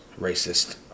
Racist